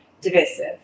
divisive